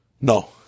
No